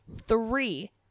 three